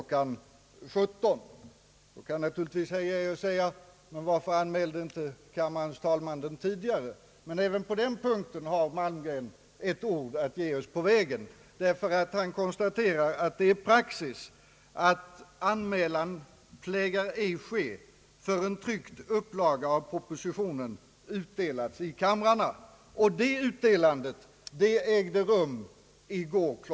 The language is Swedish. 17.00. Då kan naturligtvis herr Geijer fråga: Varför anmälde kammarens talman inte propositionen tidigare? Men även på den punkten har Malmgren ett ord att ge oss på vägen, ty han konstaterar: »Anmälan plägar ej ske, förrän tryckt upplaga av propositionen utdelats i kamrarna.» Det utdelandet ägde rum i går kl.